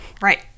right